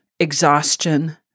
exhaustion